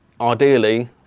Ideally